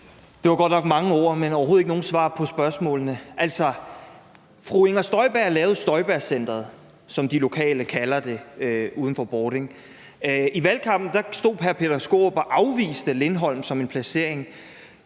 Det var godt nok mange ord, men overhovedet ikke nogen svar på spørgsmålene. Altså, fru Inger Støjberg lavede Støjbergcenteret, som de lokale kalder det, uden for Bording. I valgkampen stod hr. Peter Skaarup og afviste Lindholm som en placering.